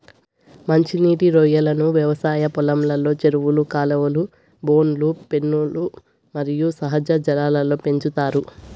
మంచి నీటి రొయ్యలను వ్యవసాయ పొలంలో, చెరువులు, కాలువలు, బోనులు, పెన్నులు మరియు సహజ జలాల్లో పెంచుతారు